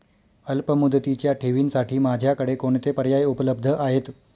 अल्पमुदतीच्या ठेवींसाठी माझ्याकडे कोणते पर्याय उपलब्ध आहेत?